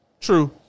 True